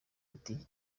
ati